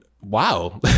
wow